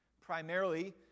Primarily